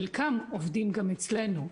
חלקם עובדים גם אצלנו.